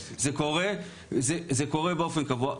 זה קורה באופן קבוע.